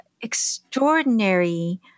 extraordinary